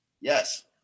yes